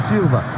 Silva